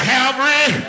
Calvary